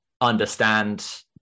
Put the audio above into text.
understand